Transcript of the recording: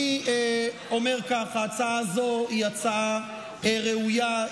אני אומר ככה: ההצעה הזו היא הצעה ראויה,